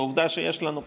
ועובדה שיש לנו כזאת,